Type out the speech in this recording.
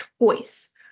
choice